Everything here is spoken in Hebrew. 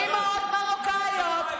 אימהות מרוקאיות,